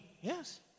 Yes